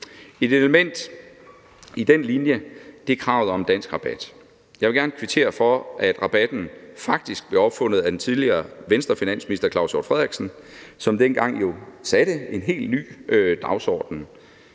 Et element i den linje er kravet om dansk rabat. Jeg vil gerne kvittere for, at rabatten faktisk blev opfundet af den tidligere Venstrefinansminister Claus Hjort Frederiksen, som dengang satte en helt ny dagsorden.